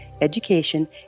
education